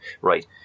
Right